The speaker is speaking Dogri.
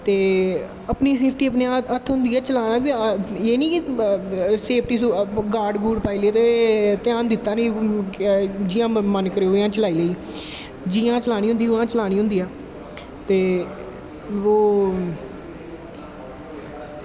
ते अपनी सेफ्टी अपनें हत्थ होंदी ऐ ते चलानां बी एह् नी गाड़ गूड़ पाई ले ते ध्यान दित्ता नी जियां मन कीता उआं चलाई लेई जियां चलानी होंदी ऐ उआं चलानी होंदी ऐ ते ओह्